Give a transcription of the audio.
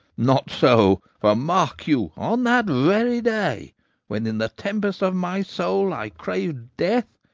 not so for, mark you, on that very day when in the tempest of my soul i craved death,